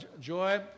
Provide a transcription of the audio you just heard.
joy